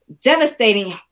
devastating